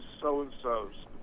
so-and-so's